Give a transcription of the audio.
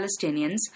Palestinians